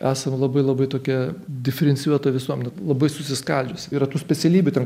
esam labai labai tokia diferencijuota visuomenė labai susiskaldžius yra tų specialybių ten